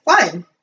Fine